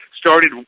started